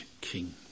King